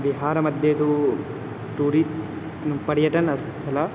बिहारमध्ये तु टूरि पर्यटनस्थलम्